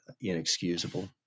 inexcusable